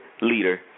leader